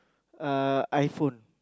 uh iPhone